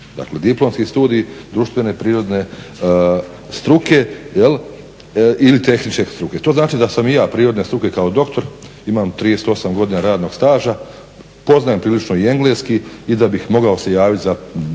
je diplomski studij društvene, prirodne struke jel' ili tehničke struke. To znači da sam i ja prirodne struke kao doktor, imam 38 godina radnog staža, poznajem prilično i engleski i da bih mogao se javiti za